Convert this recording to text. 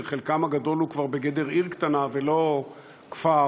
שחלקם הגדול בגדר עיר קטנה ולא כפרים,